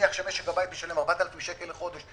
שמשק הבית משלם 4,000 שקלים בחודש,